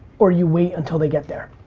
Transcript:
or you wait until they get there.